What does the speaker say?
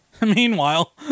Meanwhile